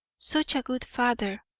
such a good father!